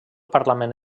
parlament